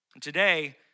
Today